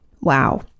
Wow